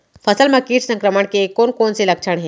फसल म किट संक्रमण के कोन कोन से लक्षण हे?